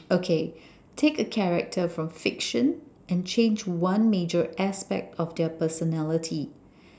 okay take a character from fiction and change one major aspect of their personality